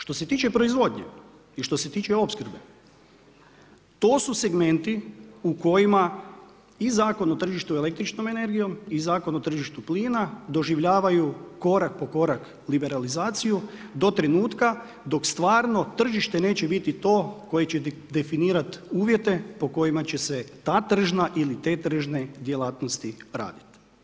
Što se tiče proizvodnje i što se tiče opskrbe, to su segmenti, u kojima i Zakon o tržištu električnom energijom i Zakon o tržištu plina, doživljavaju korak po korak, liberalizaciju, do trenutka, dok stvarno tržište neće biti to koje će definirati uvjete, po kojima će se ta tržna ili te tržne djelatnosti raditi.